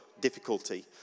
difficulty